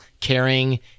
caring